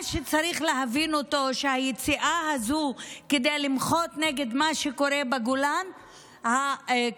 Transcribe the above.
מה שצריך להבין הוא שהיציאה הזאת כדי למחות נגד מה שקורה בגולן הכבוש,